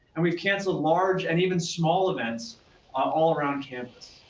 and we've canceled large and even small events um all around campus.